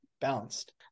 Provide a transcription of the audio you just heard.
balanced